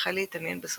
פאבל ומריה